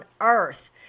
earth